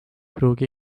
pruugi